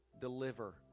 deliver